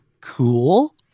Cool